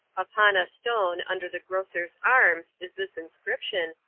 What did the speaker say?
upon a stone, under the grocers' arms, is this inscription,